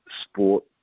sport